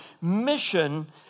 mission